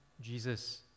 Jesus